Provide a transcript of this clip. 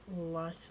light